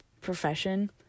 profession